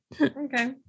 Okay